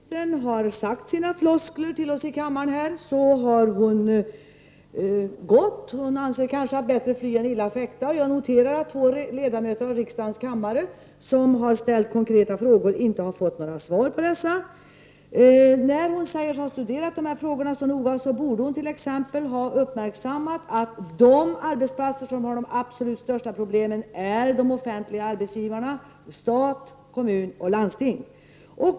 Herr talman! Jag noterar att arbetsmarknadsministern, sedan hon har framfört sina floskler till oss i kammaren, har gått härifrån. Hon anser kanske att det är bättre att fly än illa fäkta. Jag noterar att två ledamöter som i riksdagens kammare har ställt konkreta frågor inte har fått några svar på dem. När arbetsmarknadsministern säger sig ha studerat dessa frågor så noga borde hon t.ex. ha uppmärksammat att de arbetsplatser som har de absolut största problemen är de offentliga arbetsgivarnas arbetsplatser — stat, kommun och landsting.